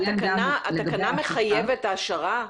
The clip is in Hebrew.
התקנה שהיום קיימת מחייבת העשרה?